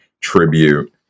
tribute